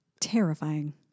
terrifying